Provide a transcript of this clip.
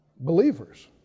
Believers